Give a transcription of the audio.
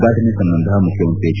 ಫಟನೆ ಸಂಬಂಧ ಮುಖ್ಯಮಂತ್ರಿ ಎಚ್